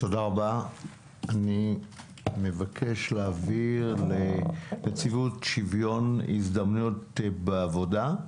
אני מבקש להעביר לנציבות שוויון הזדמנויות בעבודה.